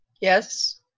yes